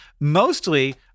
mostly